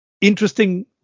interesting